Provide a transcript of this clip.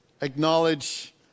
acknowledge